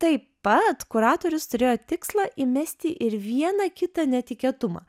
taip pat kuratorius turėjo tikslą įmesti ir vieną kitą netikėtumą